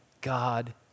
God